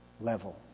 level